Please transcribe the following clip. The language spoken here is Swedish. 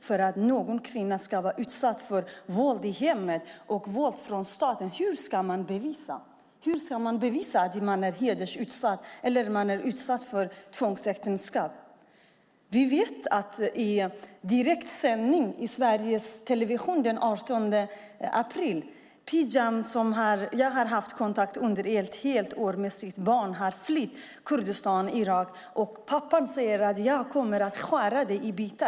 Hur ska man bevisa att man är utsatt för hedersrelaterade brott eller tvångsäktenskap? I direktsändning i Sveriges Television den 18 april kunde vi se Pejam, som jag har haft kontakt med under ett helt år. Hon har flytt med sitt barn från Kurdistan i Irak. Pappan säger att han ska skära henne i bitar.